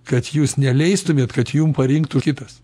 kad jūs neleistumėt kad jum parinktų kitas